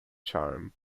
charm